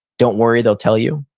don't worry, they'll tell you.